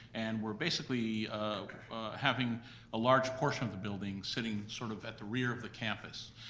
and we're basically having a large portion of the building sitting sort of at the rear of the campus.